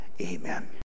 amen